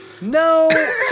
No